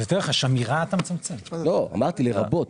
אמירה אתה מצמצם -- לא אמרתי לרבות,